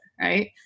right